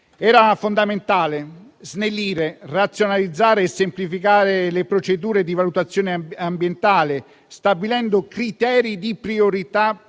Era fondamentale snellire, razionalizzare e semplificare le procedure di valutazione ambientale, stabilendo criteri di priorità